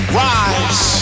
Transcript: rise